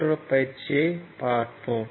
மற்றொரு பயிற்சியைப் பார்ப்போம்